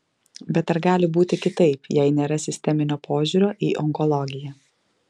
bet ar gali būti kitaip jei nėra sisteminio požiūrio į onkologiją